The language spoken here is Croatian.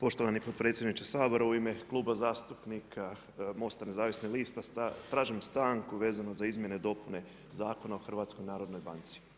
Poštovani potpredsjedniče Sabora u ime Kluba zastupnika Mosta nezavisnih lista, tražim stanku vezane uz izmjene, dopune Zakona o HNB.